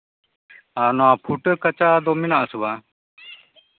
ᱟᱨ ᱱᱚᱣᱟ ᱯᱷᱩᱴᱟᱹ ᱠᱟᱪᱟ ᱫᱚ ᱢᱮᱱᱟᱜ ᱟᱥᱮ ᱵᱟᱝ